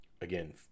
Again